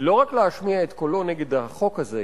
לא רק להשמיע את קולו נגד החוק הזה,